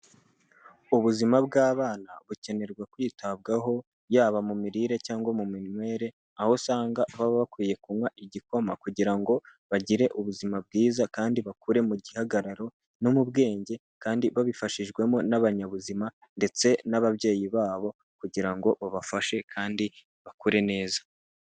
Ubuzima bw'abana bukenerwa kwitabwaho yaba mu mirire cyangwa mu minywere, aho usanga baba bakwiye kunywa igikoma kugirango bagire ubuzima bwiza kandi bakure mu gihagararo no mu bwenge, kandi babifashijwemo n'abanyabuzima ndetse n'ababyeyi babo kugirango babafashe kandi bakure neza.